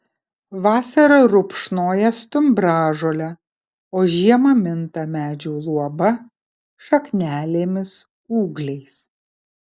vasarą rupšnoja stumbražolę o žiemą minta medžių luoba šaknelėmis ūgliais